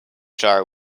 jar